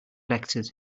elected